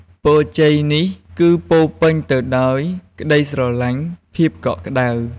ពរជ័យនេះគឺពោរពេញទៅដោយក្តីស្រឡាញ់ ភាពកក់ក្តៅ។